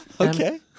Okay